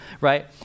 right